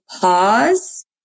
pause